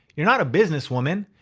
you're not a businesswoman,